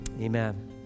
Amen